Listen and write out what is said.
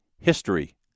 history